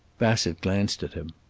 bassett glanced at him.